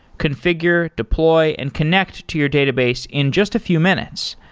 configure, deploy and connect to your database in just a few minutes.